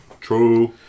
True